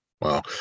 Wow